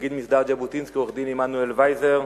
נגיד מסדר ז'בוטינסקי עורך-דין עמנואל ויזר,